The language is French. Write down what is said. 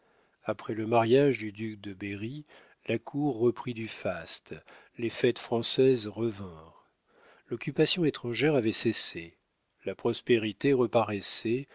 après le mariage du duc de berry la cour reprit du faste les fêtes françaises revinrent l'occupation étrangère avait cessé la prospérité reparaissait